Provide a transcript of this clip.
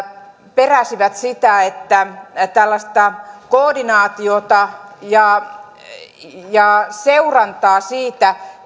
peräsivät sitä että tällaista koordinaatiota ja ja seurantaa siitä